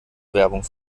werbung